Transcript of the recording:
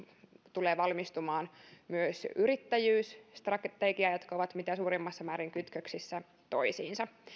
tulee valmistumaan myös yrittäjyysstrategia ja ne ovat mitä suurimmassa määrin kytköksissä toisiinsa